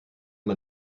man